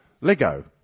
Lego